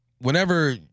Whenever